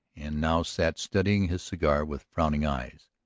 and now sat studying his cigar with frowning eyes.